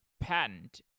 patent